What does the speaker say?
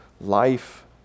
life